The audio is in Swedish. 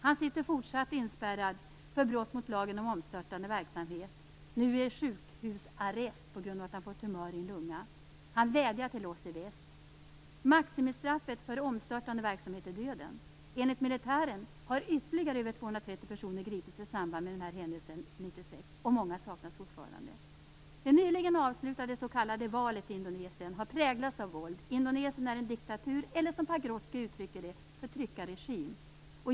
Han sitter fortfarande inspärrad för brott mot lagen om omstörtande verksamhet, nu i sjukhusarrest på grund av att han har fått en tumör i en lunga. Han vädjar till oss i väst. Maximistraffet för omstörtande verksamhet är döden. Enligt militären har ytterligare över 230 personer gripits i samband med den här händelsen 1996, och många saknas fortfarande. Det nyligen avslutade s.k. valet i Indonesien har präglats av våld. Indonesien är en diktatur eller, som Pagrotsky uttrycker det, förtryckarregim.